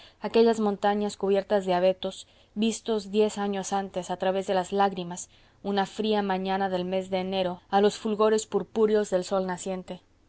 aquellas montañas cubiertas de abetos vistos diez años antes a través de las lágrimas una fría mañana del mes de enero a los fulgores purpúreos del sol naciente